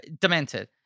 Demented